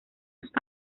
los